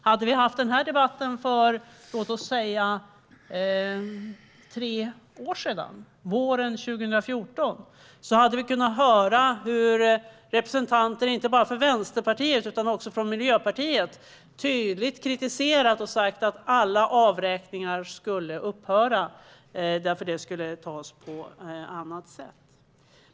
Om vi hade haft denna debatt för, låt oss säga, tre år sedan, våren 2014, hade vi kunnat höra hur representanter för inte bara Vänsterpartiet utan också Miljöpartiet tydligt kritiserat detta och sagt att alla avräkningar skulle upphöra och att detta bör skötas på annat sätt.